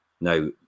Now